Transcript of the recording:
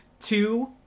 Two